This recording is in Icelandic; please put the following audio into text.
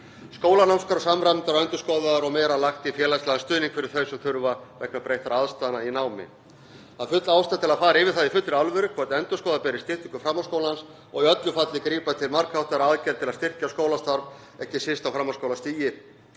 skólanámskrár samræmdar og endurskoðaðar og meira lagt í félagslegan stuðning fyrir þau sem þurfa vegna breyttra aðstæðna í námi. Það er full ástæða til að fara yfir það í fullri alvöru hvort endurskoða beri styttingu framhaldsskólans og í öllu falli grípa til margháttaðra aðgerða til að styrkja skólastarf, ekki síst á framhaldsskólastigi.